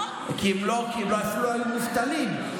הם אפילו לא היו מובטלים.